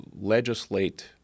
legislate